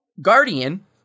Guardian